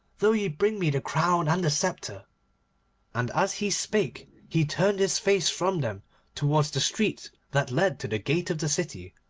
though ye bring me the crown and the sceptre and as he spake he turned his face from them towards the street that led to the gate of the city,